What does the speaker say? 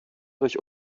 durch